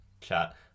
chat